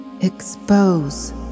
Expose